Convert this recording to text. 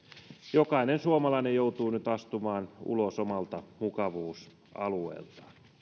jokainen suomalainen joutuu nyt astumaan ulos omalta mukavuusalueeltaan